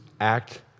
act